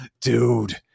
dude